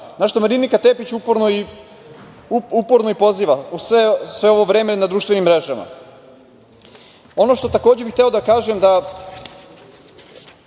na šta Marinika Tepić uporno i poziva sve ovo vreme na društvenim mrežama. Ono što bih takođe hteo da kažem, a